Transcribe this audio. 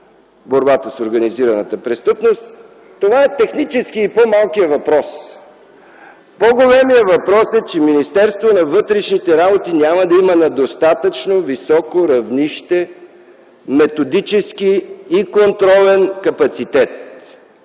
„Борба с организираната престъпност”, е техническият и по-малкият въпрос. По-големият въпрос е, че Министерството на вътрешните работи няма да има на достатъчно високо равнище методически и контролен капацитет.